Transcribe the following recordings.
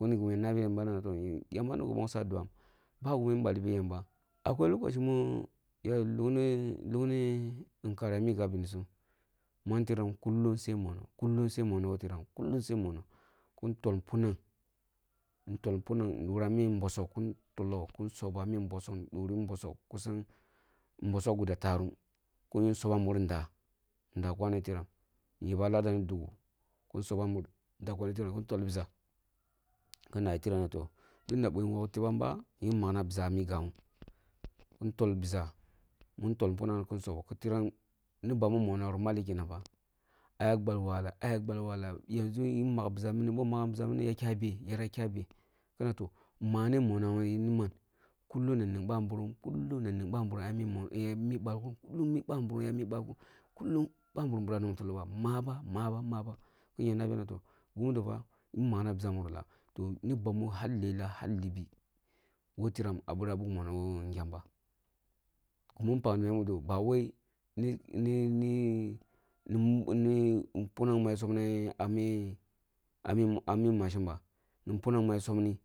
Boni gimi ya nabi yamba na toh, yamba nigi nbongsoh ah dwam, ba gimin ballibi yamba. Akwai lokoci muni lukmī lukni nkari ah migi ah bensum, mantiram kullum se mono kullum se mono woh tiram kullum se mono kun tol punangi, kun tol punangi durah ah mi bossog kin tolloh kin dura mi bossog kin tolloh kin durah mi bossog kusam bossog guda tarum kin yu sobova mureh ndah, ndah kwane tiram kìn tol bisa kim nabi tiram tunda mi wog tebamba yin makna bisa ah migga wum kin tol bisa, mum toli mufanang ri kin sobah, ni bami monohri malli kenan far. Aya gbal wala aya gbal wala yamʒu yiri mak bisa mini ah yera kya beh yera kya beh? Kina toh, mane mona wum ni man? Kullum na ning babirim kullum na ning babirim aya mi monoh aya mi balkun kullum aya ming babirim aya mi balkum balkun kullun aya ming babirim aya mi balkum kullum babirim bīra nong tulo ba, mabe maba maba kin ya nbiya na toh, gu mudo fa yim makna basa ah mure lah ni bami har lelah, har libi woh tiram ah bira buk monoh woh ngyam ba humun pakni biya mudo ba wai ounang ma sobni ah mi ah mi machine ba, ni puanang ma sobnī,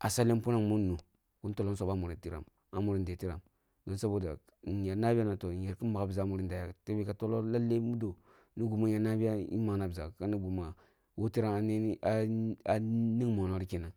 asale punang mu nu kim tolloh soba mure tiram, ah mure deh tiram don saboda yer nabiya natoh, yek kin mak bisa ah mure deh tebe ka tolloh lalleh mudo nī gimi ya nabiya yin makna bisa kini guma woh tiram ning mono ri kenang.